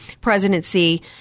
presidency